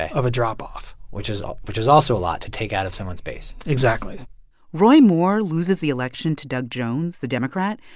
ah of a drop-off which is um which is also a lot to take out of someone's base exactly roy moore loses the election to doug jones, the democrat,